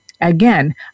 again